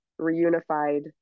reunified